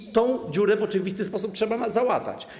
I tę dziurę w oczywisty sposób trzeba załatać.